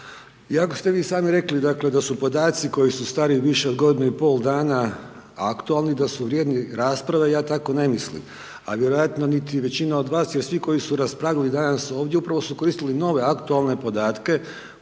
Iako ste vi sami rekli dakle, da su podaci koji su stariji više od godinu i pol dana aktualni, da su vrijedni rasprave, ja tako ne mislim, a vjerojatno niti većina od vas jer svi koji su raspravljali danas ovdje upravo su koristili nove aktualne podatke